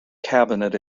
cabinet